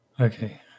okay